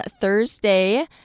thursday